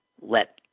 let